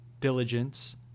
diligence